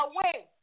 away